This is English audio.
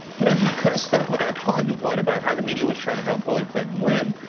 you know he could stuck with that talking point about how the media was trying to help hillary clinton win.